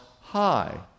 high